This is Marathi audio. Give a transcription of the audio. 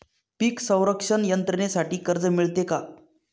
पीक संरक्षण यंत्रणेसाठी कर्ज मिळते का?